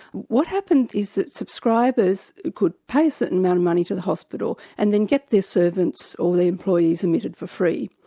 what happened is that subscribers could pay a certain amount of money to the hospital, and then get their servants or their employees admitted for free.